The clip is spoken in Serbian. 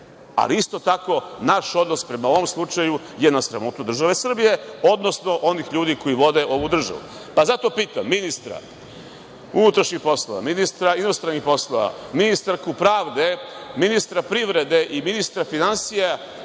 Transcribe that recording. ali, isto tako, naš odnos prema ovom slučaju je na sramotu države Srbije, odnosno onih ljudi koji vode ovu državu. Zato pitam ministra unutrašnjih poslova, ministra inostranih poslova, ministarku pravde, ministra privrede i ministra finansije